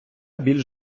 більш